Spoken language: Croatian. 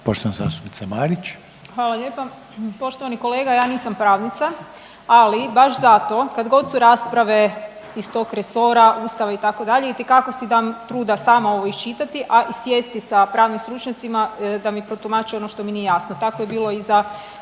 **Marić, Andreja (SDP)** Hvala lijepa. Poštovani kolega ja nisam pravnica, ali baš zato kad god su rasprave iz tog resora Ustava itd. itekako si dam truda sama ovo iščitati, a i sjesti sa pravnim stručnjacima da mi protumače ono što mi nije jasno. Tako je bilo i za